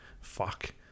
fuck